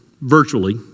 virtually